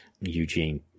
Eugene